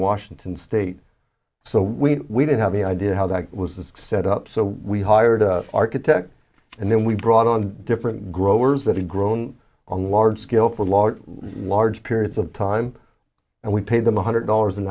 washington state so we didn't have any idea how that was the set up so we hired a architect and then we brought on different growers that had grown on large scale for a lot large periods of time and we paid them one hundred dollars an